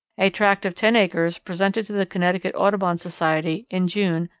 a tract of ten acres presented to the connecticut audubon society in june,